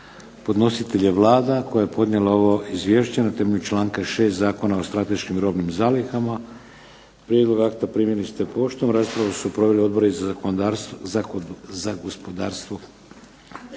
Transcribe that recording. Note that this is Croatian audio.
Podnositelj je Vlada koja je podnijela ovo izvješće na temelju članka 6. Zakona o strateškim robnim zalihama. Prijedlog akta primili ste poštom. Raspravu su proveli Odbor za gospodarstvo, poljoprivredu,